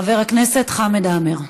חבר הכנסת חמד עמאר.